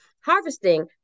harvesting